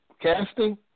casting